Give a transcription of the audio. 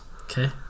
Okay